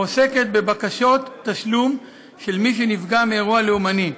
העוסקת בבקשות תשלום של מי שנפגע מאירוע לאומני,